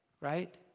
right